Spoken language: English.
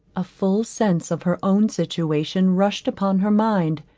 a full sense of her own situation rushed upon her mind.